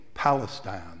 Palestine